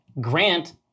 Grant